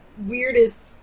weirdest